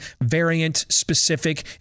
variant-specific